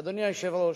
אדוני היושב-ראש,